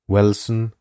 Wilson